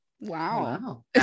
wow